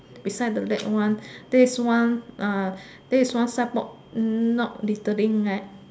beside the lake one this one uh this one signboard not littering eh